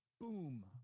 Boom